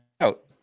out